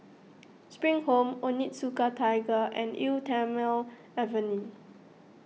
Spring Home Onitsuka Tiger and Eau thermale Avene